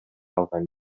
алган